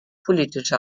politische